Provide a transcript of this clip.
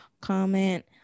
comment